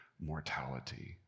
mortality